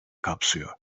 kapsıyor